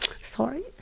sorry